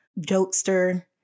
jokester